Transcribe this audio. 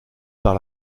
par